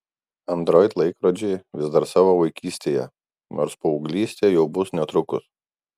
android laikrodžiai vis dar savo vaikystėje nors paauglystė jau bus netrukus